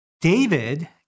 David